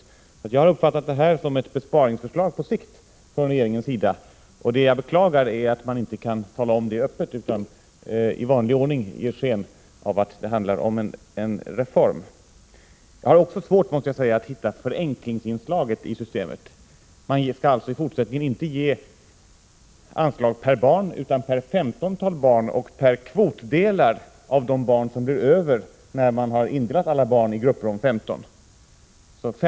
Jag har alltså uppfattat detta förslag som ett besparingsförslag på sikt från regeringens sida, och det jag beklagar är att man inte talar om det öppet utan i vanlig ordning ger sken av att det handlar om en reform. Jag måste också säga att jag har svårt att hitta förenklingsinslaget i systemet. Man skall i fortsättningen inte ge anslag per barn utan per 15-tal barn och per kvotdel för de barn som blir över när man har delat in alla barn i grupper om 15.